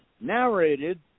narrated